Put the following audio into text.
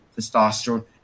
testosterone